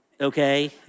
okay